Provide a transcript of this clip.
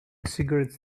cigarettes